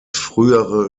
frühere